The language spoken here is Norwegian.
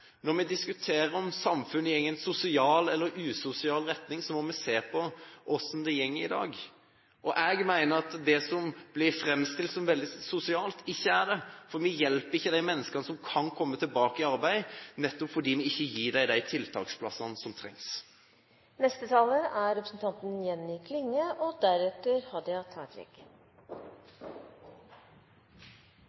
Når vi diskuterer om samfunnet går i en sosial eller usosial retning, må vi se på hvordan det går i dag. Jeg mener at det som blir fremstilt som veldig sosialt, ikke er det, for vi hjelper ikke de menneskene som kan komme tilbake i arbeid, nettopp fordi vi ikke gir dem de tiltaksplassene som trengs. Det er